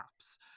apps